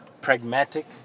Pragmatic